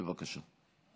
בבקשה.